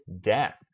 death